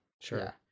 sure